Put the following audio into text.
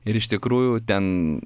ir iš tikrųjų ten